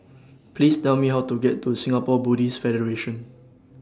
Please Tell Me How to get to Singapore Buddhist Federation